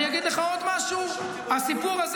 אני אגיד לך עוד משהו: הסיפור הזה